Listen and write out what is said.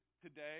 today